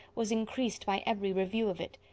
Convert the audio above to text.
was increased by every review of it.